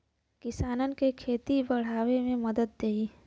किसानन के खेती बड़ावे मे मदद देई